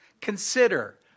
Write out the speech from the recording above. Consider